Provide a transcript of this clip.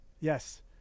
Yes